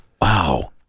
wow